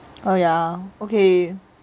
oh yeah okay